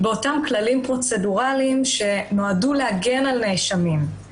באותם כללים פרוצדורליים שנועדו להגן על נאשמים.